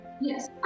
Yes